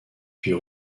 puis